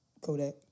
Kodak